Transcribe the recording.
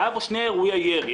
שהיו בו שני אירועי ירי,